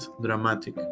dramatic